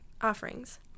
offerings